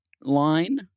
line